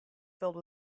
filled